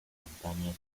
montañas